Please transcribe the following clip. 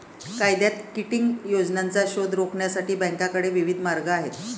कायद्यात किटिंग योजनांचा शोध रोखण्यासाठी बँकांकडे विविध मार्ग आहेत